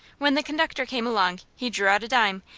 when the conductor came along, he drew out a dime,